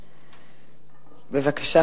בבקשה.